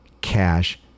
cash